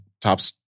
tops